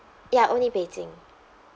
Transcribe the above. ya only beijing